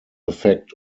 effect